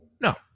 No